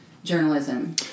Journalism